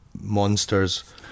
monsters